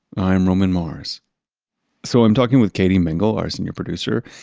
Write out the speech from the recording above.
i'm roman mars so, i'm talking with katie mingle, our senior producer.